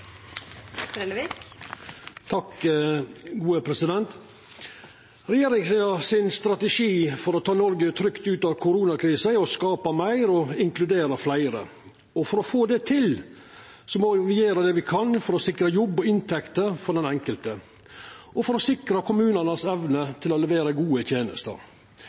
å skapa meir og inkludera fleire, og for å få det til må me gjera det me kan for å sikra jobb og inntekter for den enkelte og for å sikra kommunane si evne til å levera gode tenester.